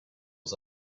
was